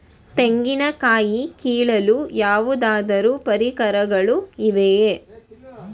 ತೆಂಗಿನ ಕಾಯಿ ಕೀಳಲು ಯಾವುದಾದರು ಪರಿಕರಗಳು ಇವೆಯೇ?